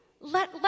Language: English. Let